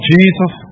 Jesus